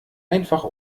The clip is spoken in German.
einfach